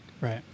right